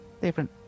Different